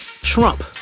Trump